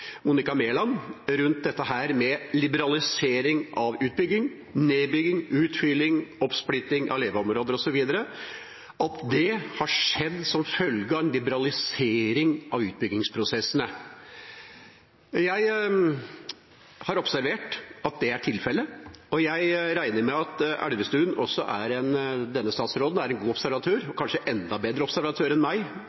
Monica Mæland, rundt dette med at liberalisering innenfor utbygging, nedbygging, utfylling, oppsplitting av leveområder osv. har skjedd som følge av en liberalisering av utbyggingsprosessene. Jeg har observert at det er tilfellet, og jeg regner med at denne statsråden, Elvestuen, også er en god observatør – og kanskje en enda bedre observatør